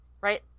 Right